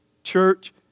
Church